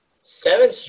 Seven